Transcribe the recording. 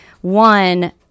one